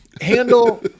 handle